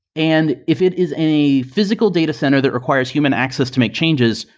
and if it is any physical data center that requires human access to make changes,